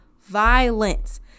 violence